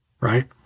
right